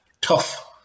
tough